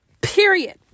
period